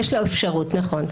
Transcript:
יש לו אפשרות, נכון.